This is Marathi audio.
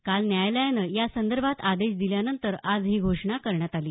काल न्यायालयानं या संदर्भात आदेश दिल्यानंतर आज ही घोषणा करण्यात आली